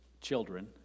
children